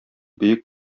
бөек